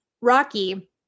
Rocky